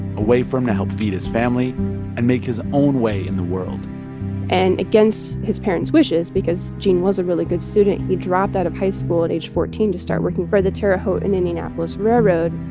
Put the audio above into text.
a way for him to help feed his family and make his own way in the world and against his parents' wishes, because gene was a really good student, he dropped out of high school at age fourteen to start working for the terre haute and indianapolis railroad